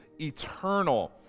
eternal